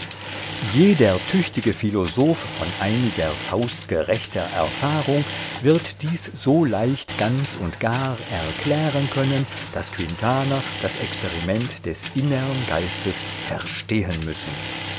jeder tüchtige philosoph von einiger faustgerechter erfahrung wird dies so leicht ganz und gar erklären können daß quintaner das experiment des innern geistes verstehen müssen